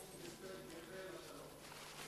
נאום הספד יפה לשלום.